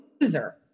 loser